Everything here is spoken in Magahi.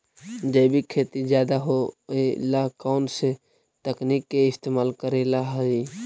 जैविक खेती ज्यादा होये ला कौन से तकनीक के इस्तेमाल करेला हई?